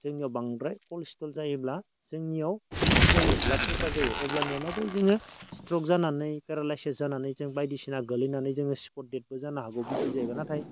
जोंनियाव बांद्राय कलेस्ट्रल जायोब्ला जोंनियाव बिपि जायो ब्लाड प्रेसार जायो अब्लानिया मा जायो जोङो स्ट्रक जानानै पेरेलाइसिस जानानै जों बायदिसिना गोलैनानै जोङो स्पट डेडबो जानो हागौ बिपि जायोब्ला नाथाय